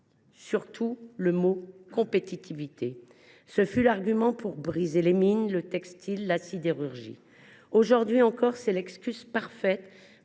dire le mot « compétitivité ». Ce fut l’argument pour briser les mines, le textile, la sidérurgie. Aujourd’hui encore, c’est l’excuse parfaite